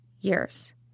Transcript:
years